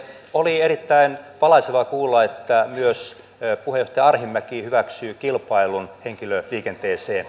oli erittäin valaisevaa kuulla että myös puheenjohtaja arhinmäki hyväksyy kilpailun henkilöliikenteeseen